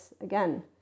again